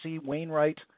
Wainwright